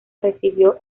recibió